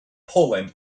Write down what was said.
poland